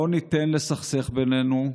לא ניתן לסכסך בינינו.